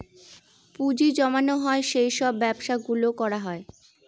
পুঁজি জমানো হয় সেই সব ব্যবসা গুলো করা হয়